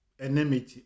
enmity